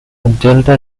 delta